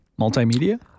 Multimedia